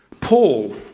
Paul